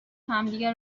همدیگه